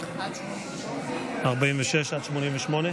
כהצעת הוועדה,